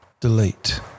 delete